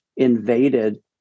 invaded